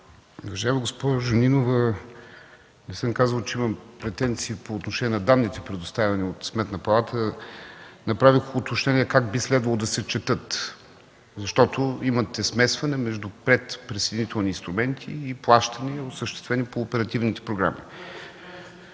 Уважаема госпожо Нинова, не съм казал, че имам претенции по отношение на данните, предоставени от Сметната палата. Направих уточнение как би следвало да се четат, защото имате смесване между предприсъединителни инструменти и плащания, осъществени по оперативните програми.